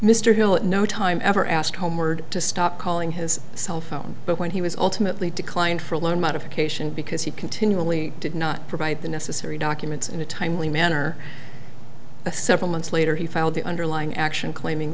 mr hill at no time ever asked homeward to stop calling his cell phone but when he was ultimately declined for a loan modification because he continually did not provide the necessary documents in a timely manner several months later he found the underlying action claiming